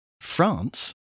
France